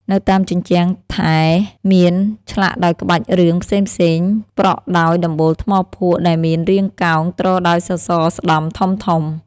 នៅតាមជញ្ជាំងថែរ មានធ្លាក់ដោយក្បាច់រឿងផ្សេងៗ ប្រក់ដោយដំបូលថ្មភក់ដែលមានរាងកោង ទ្រដោយសសរស្តម្ភធំៗ។